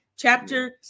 Chapter